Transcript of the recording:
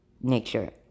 nature